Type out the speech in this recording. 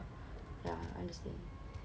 ya understand